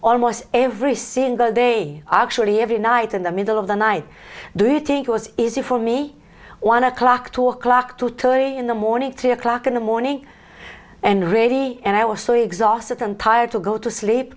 almost every single day actually every night in the middle of the night do you think it was easy for me one o'clock two o'clock two thirty in the morning three o'clock in the morning and ready and i was so exhausted and tired to go to sleep